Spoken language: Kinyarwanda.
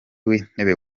w’intebe